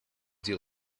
deal